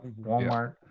Walmart